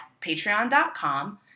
patreon.com